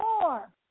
more